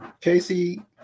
Casey